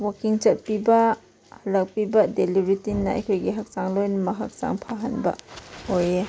ꯋꯥꯛꯀꯤꯡ ꯆꯠꯄꯤꯕ ꯍꯜꯂꯛꯄꯤꯕ ꯗꯦꯂꯤ ꯔꯨꯇꯤꯟꯅ ꯑꯩꯈꯣꯏꯒꯤ ꯍꯛꯆꯥꯡ ꯂꯣꯏꯅꯃꯛ ꯍꯛꯆꯥꯡ ꯐꯍꯟꯕ ꯑꯣꯏꯌꯦ